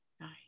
Nice